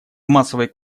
массовой